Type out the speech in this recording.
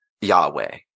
Yahweh